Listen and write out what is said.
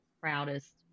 proudest